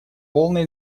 полное